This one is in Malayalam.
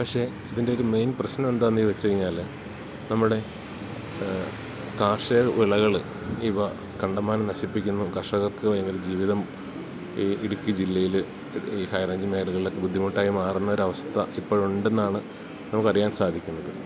പക്ഷേ ഇതിൻ്റെ ഒരു മെയിൻ പ്രശ്നം എന്താന്ന് ചോദിച്ച് കഴിഞ്ഞാൽ നമ്മുടെ കാർഷിക വിളകൾ ഇവ കണ്ടമാനം നശിപ്പിക്കുന്നു കർഷകർക്ക് ഭയങ്കര ജീവിതം ഈ ഇടുക്കി ജില്ലയിൽ ഈ ഹൈ റഞ്ജി മേഖലകളിൽ ഒക്കെ ബുദ്ധിമുട്ടായി മാറുന്ന ഒരവസ്ഥ ഇപ്പൊൾ ഉണ്ടെന്നാണ് നമുക്ക് അറിയാൻ സാധിക്കുന്നത്